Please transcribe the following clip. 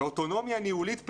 ואוטונומיה ניהולית,